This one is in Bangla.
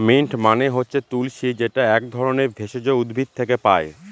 মিন্ট মানে হচ্ছে তুলশী যেটা এক ধরনের ভেষজ উদ্ভিদ থেকে পায়